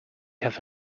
have